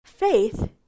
Faith